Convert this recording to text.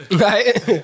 Right